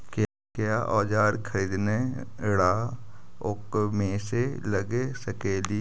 क्या ओजार खरीदने ड़ाओकमेसे लगे सकेली?